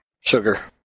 Sugar